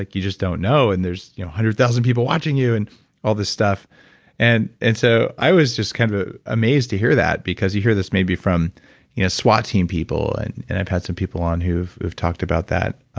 like you just don't know and there's a hundred thousand people watching you and all this stuff and and so, i was just kind of ah amazed to hear that because you hear this maybe from you know swat team people, and and i've had some people on who've who've talked about that,